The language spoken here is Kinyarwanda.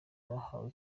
bahawe